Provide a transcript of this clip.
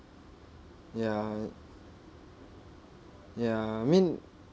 ya ya I mean